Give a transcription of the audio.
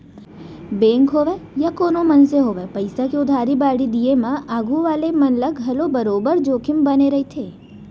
bank होवय या कोनों मनसे होवय पइसा के उधारी बाड़ही दिये म आघू वाले मन ल घलौ बरोबर जोखिम बने रइथे